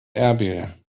erbil